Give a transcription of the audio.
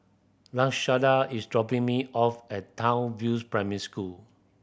Lashanda is dropping me off at Townsville Primary School